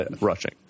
rushing